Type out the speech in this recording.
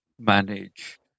manage